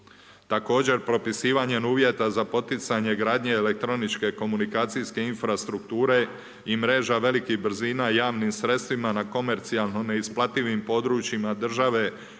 Također propisivanjem uvjeta za poticanje gradnje elektroničke komunikacijske infrastrukture i mreža velikih brzina javnim sredstvima na komercijalno neisplativim područjima država